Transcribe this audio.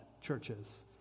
churches